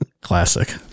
Classic